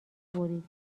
برید